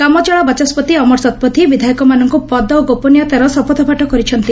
କାମଚଳା ବାଚସ୍ବତି ଅମର ଶତପଥୀ ବିଧାୟକମାନଙ୍କ ପଦ ଓ ଗୋପନୀୟତାର ଶପଥପାଠ କରିଛନ୍ତି